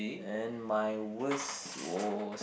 and my worst was